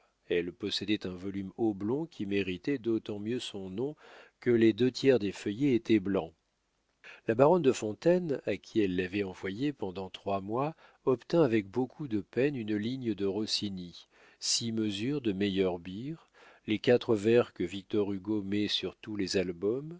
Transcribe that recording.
elle possédait un volume oblong qui méritait d'autant mieux son nom que les deux tiers des feuillets étaient blancs la baronne de fontaine à qui elle l'avait envoyé pendant trois mois obtint avec beaucoup de peine une ligne de rossini six mesures de meyerbeer les quatre vers que victor hugo met sur tous les albums